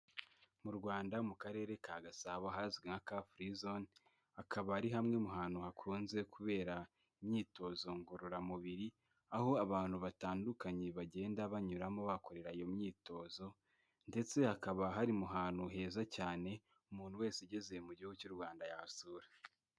Mu Rwanda mu karere ka Gasabo hazwi nka kafurizone, hakaba ari hamwe mu hantu hakunze kubera imyitozo ngororamubiri, aho abantu batandukanye bagenda banyuramo bakorera iyo myitozo, ndetse hakaba hari mu hantu heza cyane, umuntu wese ugeze mu gihugu cy'u Rwanda yasura.